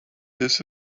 this